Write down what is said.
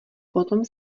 potom